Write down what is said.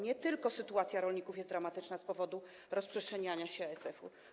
Nie tylko sytuacja rolników jest dramatyczna z powodu rozprzestrzeniania się ASF-u.